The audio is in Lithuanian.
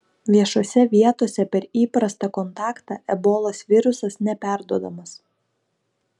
viešose vietose per įprastą kontaktą ebolos virusas neperduodamas